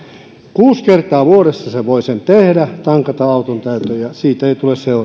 kuusi kertaa vuodessa hän voi sen tehdä tankata auton täyteen ja siitä ei tule seuraamuksia